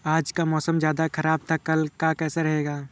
आज का मौसम ज्यादा ख़राब था कल का कैसा रहेगा?